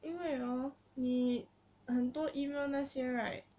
因为 hor 你很多 email 那些 right